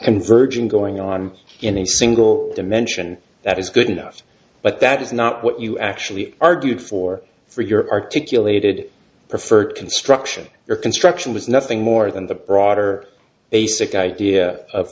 virgin going on in a single dimension that is good enough but that is not what you actually argued for for your articulated preferred construction or construction was nothing more than the broader basic idea of